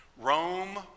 Rome